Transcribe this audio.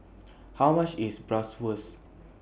How much IS Bratwurst